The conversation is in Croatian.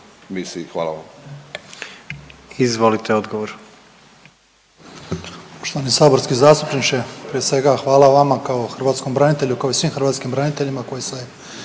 (HDZ)** Hvala vam. Izvolite odgovor.